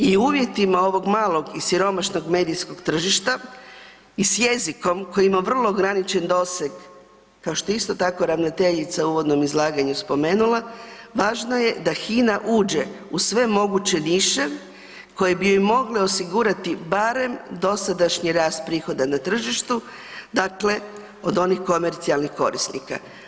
I u uvjetima ovog malog i siromašnog medijskog tržišta i jezikom koji ima vrlo ograničen doseg, kao što isto tako ravnateljica u uvodnom izlaganju spomenula, važno je da HINA uđe u sve moguće niše koje bi joj mogle osigurati barem dosadašnji rast prihoda na tržištu, dakle od onih komercijalnih korisnika.